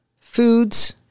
foods